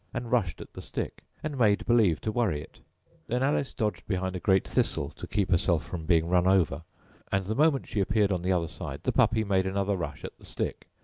and rushed at the stick, and made believe to worry it then alice dodged behind a great thistle, to keep herself from being run over and the moment she appeared on the other side, the puppy made another rush at the stick,